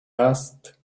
asked